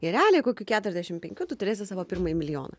ir realiai kokių keturiasdešim penkių tu turėsi savo pirmąjį milijoną